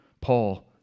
Paul